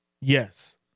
Yes